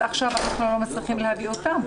עכשיו אנחנו לא מצליחים להביא אותם.